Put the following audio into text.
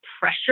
pressure